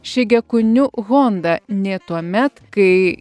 šigekuniuhonda nė tuomet kai